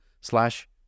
slash